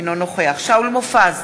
אינו נוכח שאול מופז,